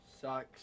Sucks